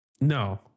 No